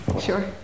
Sure